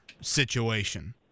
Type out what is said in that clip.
situation